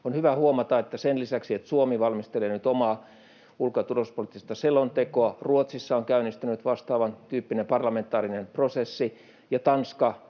On hyvä huomata, että sen lisäksi, että Suomi valmistelee nyt omaa ulko- ja turvallisuuspoliittista selontekoa, Ruotsissa on käynnistänyt vastaavantyyppinen parlamentaarinen prosessi ja Tanska